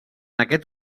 aquest